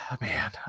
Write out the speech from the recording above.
man